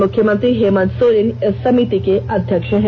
मुख्यमंत्री हेमंत सोरेन इस समिति के अध्यक्ष हैं